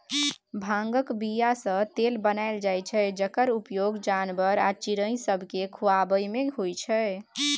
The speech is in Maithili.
भांगक बीयासँ तेल बनाएल जाइ छै जकर उपयोग जानबर आ चिड़ैं सबकेँ खुआबैमे होइ छै